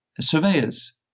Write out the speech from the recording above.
surveyors